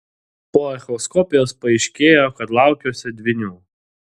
po echoskopijos paaiškėjo kad laukiuosi dvynių